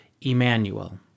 Emmanuel